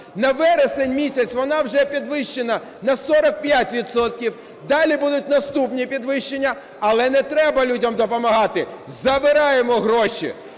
на вересень місяць вона вже підвищена на 45 відсотків, далі будуть наступні підвищення. Але не треба людям допомагати – забираємо гроші.